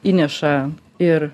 įneša ir